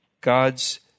God's